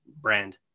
brand